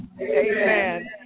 Amen